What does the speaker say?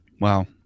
wow